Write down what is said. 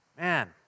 Man